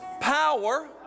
Power